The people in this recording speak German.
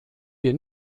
wir